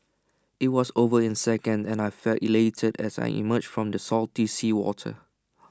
IT was over in second and I felt elated as I emerged from the salty seawater